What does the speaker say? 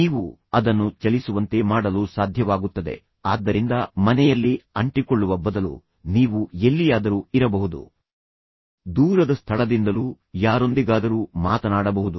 ನೀವು ಅದನ್ನು ಚಲಿಸುವಂತೆ ಮಾಡಲು ಸಾಧ್ಯವಾಗುತ್ತದೆ ಆದ್ದರಿಂದ ಮನೆಯಲ್ಲಿ ಅಂಟಿಕೊಳ್ಳುವ ಬದಲು ನೀವು ಎಲ್ಲಿಯಾದರೂ ಇರಬಹುದು ದೂರದ ಸ್ಥಳದಿಂದಲೂ ಯಾರೊಂದಿಗಾದರೂ ಮಾತನಾಡಬಹುದು